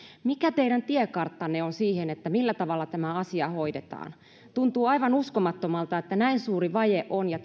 mikä teidän tiekarttanne on siihen millä tavalla tämä asia hoidetaan tuntuu aivan uskomattomalta että näin suuri vaje on ja